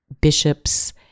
bishops